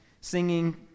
singing